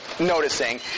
Noticing